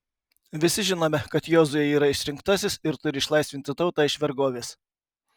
visi žinome kad jozuė yra išrinktasis ir turi išlaisvinti tautą iš vergovės